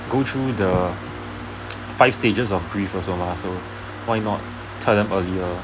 go through the five stages of griefs also lah so why not tell them earlier